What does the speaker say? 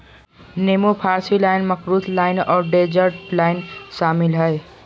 नींबू फारसी lime, makrut lime और डेजर्ट लाइम शामिल हइ